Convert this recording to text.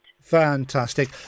fantastic